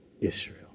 Israel